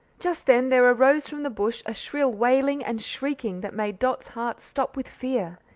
just then there arose from the bush a shrill wailing and shrieking that made dot's heart stop with fear.